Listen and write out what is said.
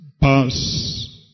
Pass